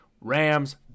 Rams